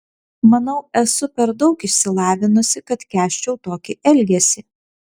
manau esu per daug išsilavinusi kad kęsčiau tokį elgesį